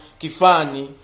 kifani